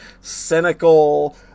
cynical